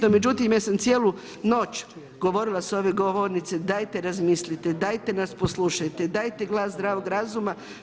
No međutim, ja sam cijelu noć govorila sa ove govornice dajte razmislite, dajte nas poslušajte, dajte glas zdravog razuma.